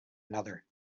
another